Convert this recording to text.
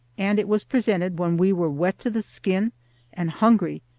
and it was presented when we were wet to the skin and hungry,